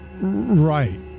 Right